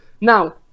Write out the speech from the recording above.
Now